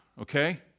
Okay